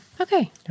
Okay